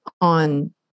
on